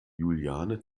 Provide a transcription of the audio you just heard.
juliane